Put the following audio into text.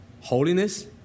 holiness